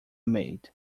maid